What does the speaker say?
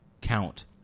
count